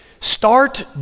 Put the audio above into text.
Start